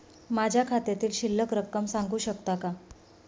माझ्या खात्यातील शिल्लक रक्कम सांगू शकता का?